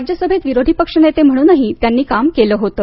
राज्यसभेत विरोधी पक्षनेते म्हणूनही त्यांनी काम केलं होतं